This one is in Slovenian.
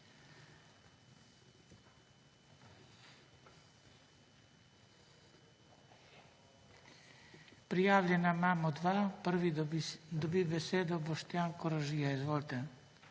Prijavljena imamo dva. Prvi dobi besedo Boštjan Koražija. Izvolite.